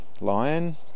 lion